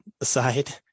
aside